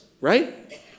right